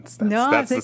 No